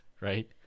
right